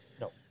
No